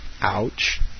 Ouch